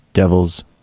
Devil's